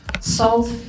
salt